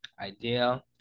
idea